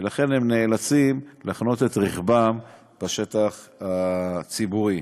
ולכן הם נאלצים להחנות את רכבם בשטח הציבורי.